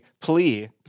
plea